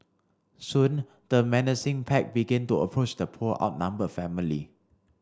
soon the menacing pack began to approach the poor outnumbered family